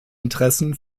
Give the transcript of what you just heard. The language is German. interessen